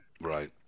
Right